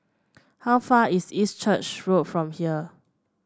how far is East Church Road from here